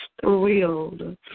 thrilled